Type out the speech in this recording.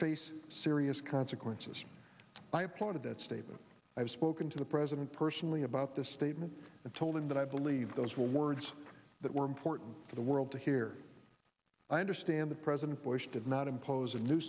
face serious consequences i applauded that statement i've spoken to the president personally about this statement and told him that i believe those were words that were important for the world to hear i understand the president bush did not impose a new